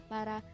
Para